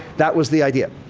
that was the idea.